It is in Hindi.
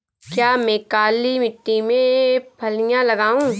क्या मैं काली मिट्टी में फलियां लगाऊँ?